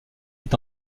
est